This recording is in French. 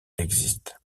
existe